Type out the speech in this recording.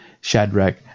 Shadrach